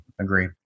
agree